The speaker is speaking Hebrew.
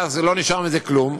מורידה את זה ואז לא נשאר מזה כלום,